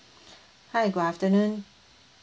hi good afternoon